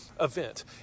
event